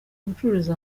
gucururiza